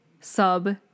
sub